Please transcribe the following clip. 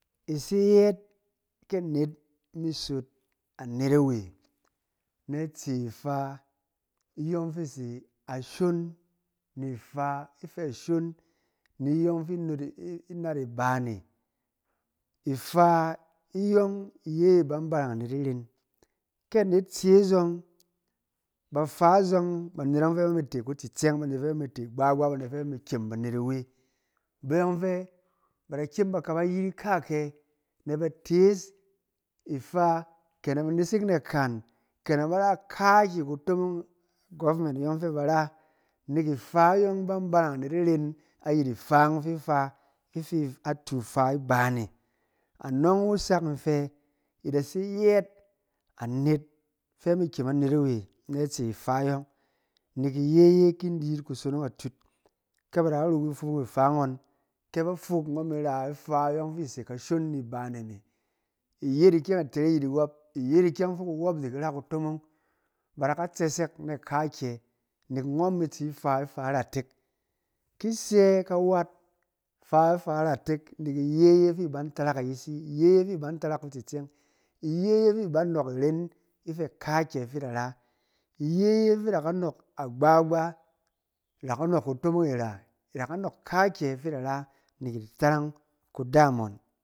Ise yɛɛt kea net misot anet awe, na tse ifa iyɔng fi ise ashon ni ifa ifɛ ashon ni iyɔng fi inodi, ṫ, inaad ibaane, ifa iyɔng iye iban barang anet iren. Kɛ aned tse azɔng ba fa a zɔng banet yɔng fɛ bami te kuts-itsɛng banet fɛ bami te gba-gba, ba net fɛ bami kyem banet awe. Ba yɔng fɛ bada kyem ba kaba yirik ka kɛ na ba tees ifa ken a ba nesek naka, ke a ban a kaki kotomong government yɔng fɛ bar a, nek ifa iyɔng bang barang anet iren ayet ifang fi ifa atu ifa a bane. Anɔng sak infe ida se yɛɛt anet fe amikem anet awe na atse ifa iyɔng, nek iye ye kin di yit kusonong atud ke ba da rib kufumung ifa ngɔn kɛ ba ren fok ngɔn mi ra ifa iyɔng fi se kashon ni ibaane me iyet ikyɛng itere ayit iwob, iyet ikyɛng fi kuwob diki ra kutomong. Ba da ka tsɛsɛk na aka kɛ, nek ngɔn mi tsi fa ifa iratek. Ki isɛ ka wat fa ifa iratek nek iye ye fi ibang tarak ayisi, iye ye fi ibang tarak kutsitsɛng, iye ye fi bang nɔɔk iren ifɛ akaakyɛ fi ida na, iye ye fi id aka nɔɔk agbagba, idaka nɔɔk kotomong ira, idaka nɔɔk kakyɛ fi ida ra nek idi tarang kudaam ngɔn.